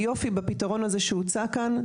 היופי בפתרון הזה שהוצע כאן,